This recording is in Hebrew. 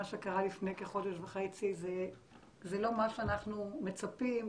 מה שקרה לפני כחודש וחצי זה לא מה שאנחנו מצפים,